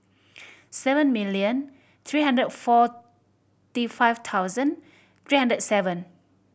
seven million three hundred and forty five thousand three hundred and seven